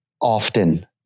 often